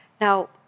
Now